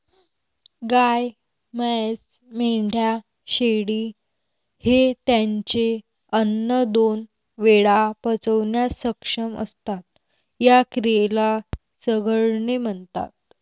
गाय, म्हैस, मेंढ्या, शेळी हे त्यांचे अन्न दोन वेळा पचवण्यास सक्षम असतात, या क्रियेला चघळणे म्हणतात